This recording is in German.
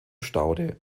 staude